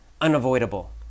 unavoidable